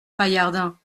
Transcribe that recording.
paillardin